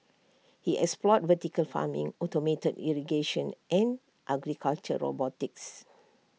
he explored vertical farming automated irrigation and agricultural robotics